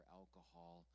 alcohol